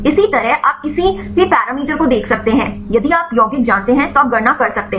इसी तरह आप किसी भी पैरामीटर को देख सकते हैं यदि आप यौगिक जानते हैं तो आप गणना कर सकते हैं